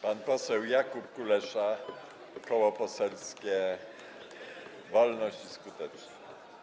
Pan poseł Jakub Kulesza, Koło Poselskie Wolność i Skuteczni.